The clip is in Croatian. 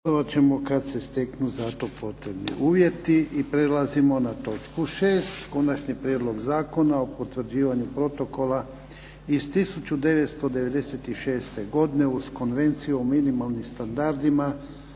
**Jarnjak, Ivan (HDZ)** prelazimo na točku 6. - Konačni prijedlog Zakona o potvrđivanju protokola iz 1996. godine uz Konvenciju o minimalnim standardima